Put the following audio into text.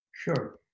Sure